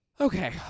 Okay